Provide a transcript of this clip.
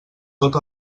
tot